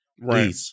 right